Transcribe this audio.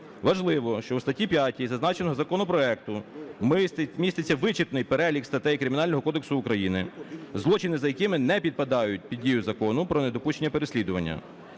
Важливо, що у статті 5 зазначеного законопроекту міститься вичерпний перелік статей Кримінального кодексу України, злочини за якими не підпадають під дію Закону про недопущення переслідування.